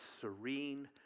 serene